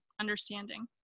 understanding